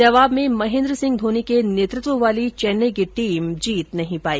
जवाब में महेन्द्र सिंह धोनी के नेतृत्व वाली चैन्नई की टीम जीत नहीं पाई